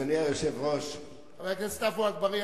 אדוני היושב-ראש --- חבר הכנסת עפו אגבאריה,